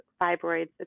fibroids